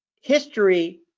history